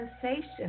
sensation